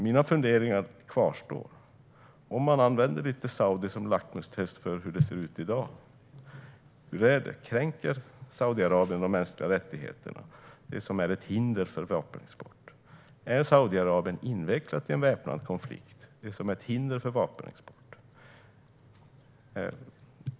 Mina funderingar kvarstår. Låt oss använda Saudiarabien som lackmustest för hur det ser ut i dag: Kränker Saudiarabien de mänskliga rättigheterna, vilket är ett hinder för vapenexport? Är Saudiarabien invecklat i en väpnad konflikt, vilket är ett hinder för vapenexport?